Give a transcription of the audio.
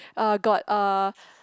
uh got uh